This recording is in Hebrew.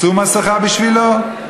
מצאו מסכה בשבילו?